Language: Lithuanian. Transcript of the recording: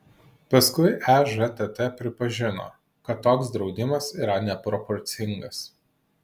paskui ežtt pripažino kad toks draudimas yra neproporcingas